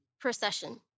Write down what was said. procession